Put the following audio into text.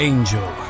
Angel